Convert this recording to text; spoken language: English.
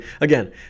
again